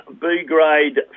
B-grade